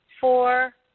four